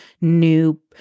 new